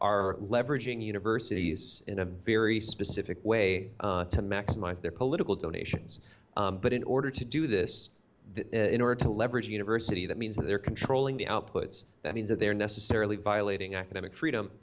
are leveraging universities in a very specific way to maximise their political donations but in order to do this in order to leverage university that means they're controlling the outputs that means that they're necessarily violating academic freedom